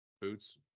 boots